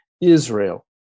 Israel